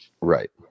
Right